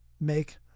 make